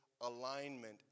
alignment